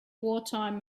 wartime